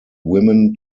women